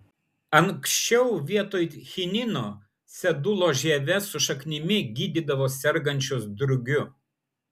anksčiau vietoj chinino sedulos žieve su šaknimi gydydavo sergančius drugiu